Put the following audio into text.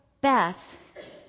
Beth